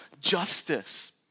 justice